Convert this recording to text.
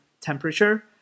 temperature